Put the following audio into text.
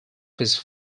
his